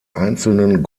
einzelnen